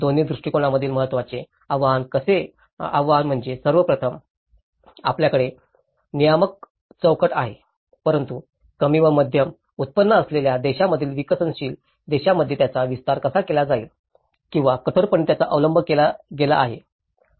दोन्ही दृष्टिकोनांमधील महत्त्वाचे आव्हान म्हणजे सर्वप्रथम आपल्याकडे नियामक चौकट आहेत परंतु कमी व मध्यम उत्पन्न असलेल्या देशांमधील विकसनशील देशांमध्ये त्यांचा विस्तार कसा केला जाईल किंवा कठोरपणे त्यांचा अवलंब केला गेला आहे